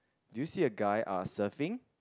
do you see a guy are surfing